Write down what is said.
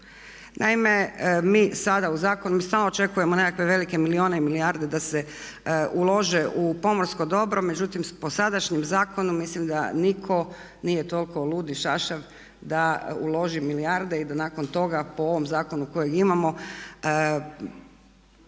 Naime, mi sada u zakonu, mi stalno očekujemo nekakve velike milijune i milijarde da se ulože u pomorsko dobro, međutim po sadašnjim zakonom mislim da nitko nije toliko lud i šašav da uloži milijarde i da nakon toga po ovom zakonu kojeg imamo